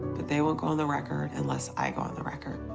that they won't go on the record unless i go on the record.